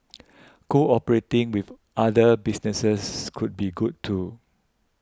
cooperating with other businesses could be good too